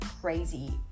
crazy